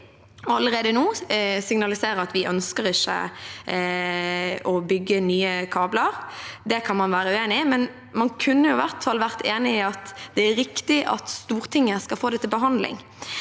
allerede nå å signalisere at vi ikke ønsker å bygge nye kabler. Det kan man være uenig i, men man kunne i hvert fall vært enig i at det er riktig at Stortinget skal få det til behandling.